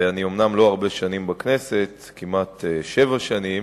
אומנם אני לא הרבה שנים בכנסת, כמעט שבע שנים,